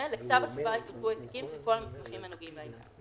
(ג)לכתב התשובה יצורפו העתקים של כל המסמכים הנוגעים לעניין.